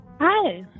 Hi